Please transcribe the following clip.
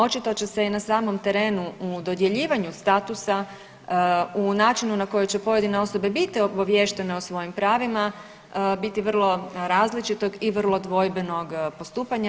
Očito će se i na samom terenu u dodjeljivanju statusa u načinu na koji će pojedine osobe biti obaviještene o svojim pravima biti vrlo različitog i vrlo dvojbenog postupanja.